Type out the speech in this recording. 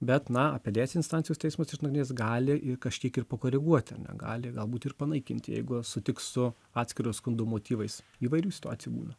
bet na apeliacinės instancijos teismas išnagrinėjęs gali ir kažkiek ir pakoreguoti ar ne gali galbūt ir panaikinti jeigu sutiks su atskiro skundo motyvais įvairių situacijų būna